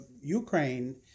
ukraine